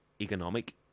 economic